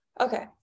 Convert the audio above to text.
Okay